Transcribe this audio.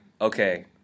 okay